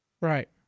Right